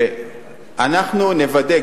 אנחנו נוודא,